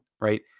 right